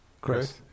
Chris